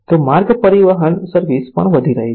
તો માર્ગ પરિવહન સર્વિસ પણ વધી રહી છે